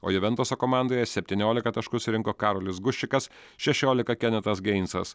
o juventuso komandoje septyniolika taškų surinko karolis guščikas šešiolika kenetas geinsas